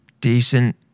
decent